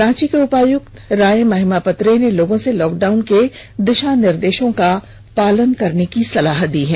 रांची के उपायुक्त राय महिमापत रे ने लोगों से लॉकडाउन के दिशा निर्देशों का पालन करने की अपील की है